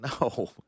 No